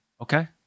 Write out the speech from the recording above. Okay